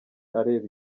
areba